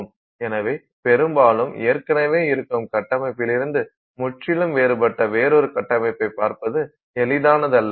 எனவே பெரும்பாலும் ஏற்கனவே இருக்கும் கட்டமைப்பிலிருந்து முற்றிலும் வேறுபட்ட வேறொரு கட்டமைப்பைப் பார்ப்பது எளிதானதல்ல